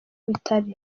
bitari